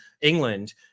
england